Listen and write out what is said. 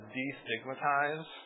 destigmatize